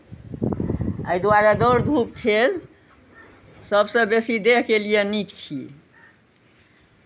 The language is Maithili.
एहि दुआरे दौड़धूप खेल सभसँ बेसी देहके लिए नीक छी